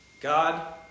God